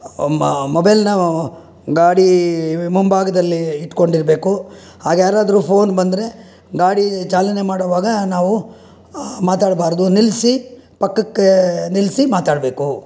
ಮ ಮೊಬೈಲನ್ನ ಗಾಡಿ ಮುಂಭಾಗದಲ್ಲಿ ಇಟ್ಟುಕೊಂಡಿರ್ಬೇಕು ಹಾಗೆ ಯಾರಾದ್ರೂ ಫೋನ್ ಬಂದರೆ ಗಾಡಿ ಚಾಲನೆ ಮಾಡುವಾಗ ನಾವು ಮಾತಾಡಬಾರ್ದು ನಿಲ್ಲಿಸಿ ಪಕ್ಕಕ್ಕೆ ನಿಲ್ಲಿಸಿ ಮಾತಾಡಬೇಕು